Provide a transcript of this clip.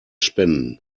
spenden